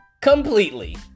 completely